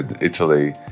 Italy